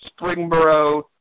Springboro